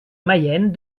mayenne